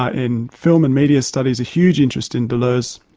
ah in film and media studies, a huge interest in deleuze,